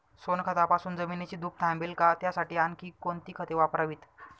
सोनखतापासून जमिनीची धूप थांबेल का? त्यासाठी आणखी कोणती खते वापरावीत?